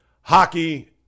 hockey